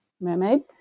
mermaid